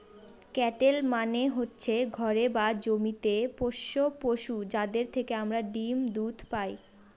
cattle মানে হচ্ছে ঘরে বা জমিতে পোষ্য পশু, যাদের থেকে আমরা ডিম দুধ পায়